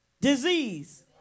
disease